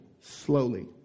slowly